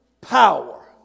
power